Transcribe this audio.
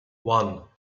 one